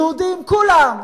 יהודים, כולם?